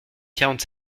quarante